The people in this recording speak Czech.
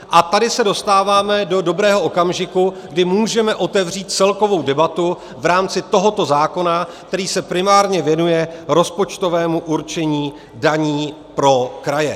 A tady se dostáváme do dobrého okamžiku, kdy můžeme otevřít celkovou debatu v rámci tohoto zákona, který se primárně věnuje rozpočtovému určení daní pro kraje.